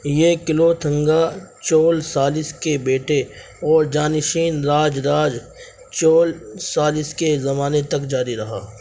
یہ کلوتھنگا چول ثالث کے بیٹے اور جانشین راج راج چول ثالث کے زمانے تک جاری رہا